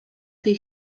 tej